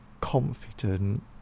confident